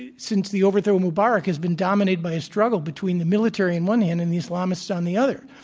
ah since the overthrow of mubarak, has been dominated by a struggle between the military in one hand and the islamists on the other.